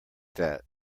that